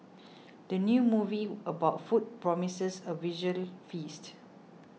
the new movie about food promises a visual feast